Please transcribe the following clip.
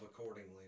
accordingly